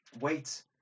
Wait